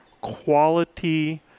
quality –